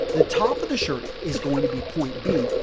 the top of the shirt is going to be point b,